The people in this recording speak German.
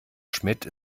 schmidt